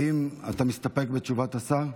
האם אתה מסתפק בתשובת השר?